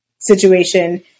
situation